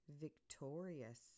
Victorious